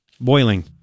boiling